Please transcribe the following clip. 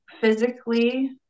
physically